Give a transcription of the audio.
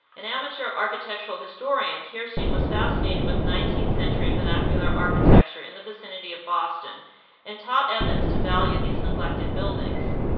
an amateur architectural historian, kirstein was fascinated with nineteenth century vernacular architecture in the vicinity of boston and taught evans to value these neglected buildings.